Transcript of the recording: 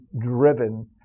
driven